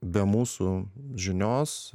be mūsų žinios